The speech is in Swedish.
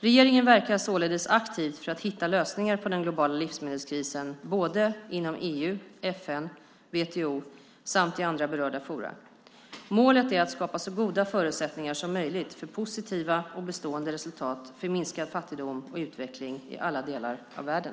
Regeringen verkar således aktivt för att hitta lösningar på den globala livsmedelskrisen både inom EU, FN, WTO samt i andra berörda forum. Målet är att skapa så goda förutsättningar som möjligt för positiva och bestående resultat för minskad fattigdom och utveckling i alla delar av världen.